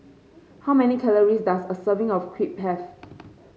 how many calories does a serving of Crepe have